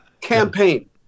Campaign